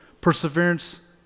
Perseverance